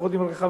לפחות עם רכבים,